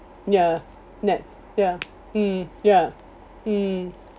ya nets ya mm ya mm